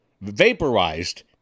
vaporized